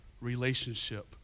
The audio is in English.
relationship